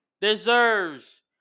deserves